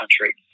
country